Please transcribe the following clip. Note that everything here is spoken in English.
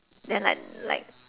then like like